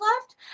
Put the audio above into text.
left